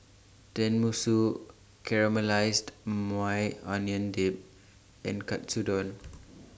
Tenmusu Caramelized Maui Onion Dip and Katsudon